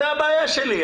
זו הבעיה שלי.